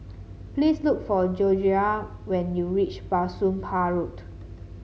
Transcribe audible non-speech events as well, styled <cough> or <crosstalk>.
please look for <unintelligible> when you reach Bah Soon Pah Road